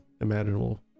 imaginable